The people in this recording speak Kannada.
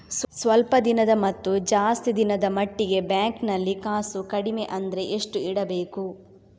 ಸ್ವಲ್ಪ ದಿನದ ಮತ್ತು ಜಾಸ್ತಿ ದಿನದ ಮಟ್ಟಿಗೆ ಬ್ಯಾಂಕ್ ನಲ್ಲಿ ಕಾಸು ಕಡಿಮೆ ಅಂದ್ರೆ ಎಷ್ಟು ಇಡಬೇಕು?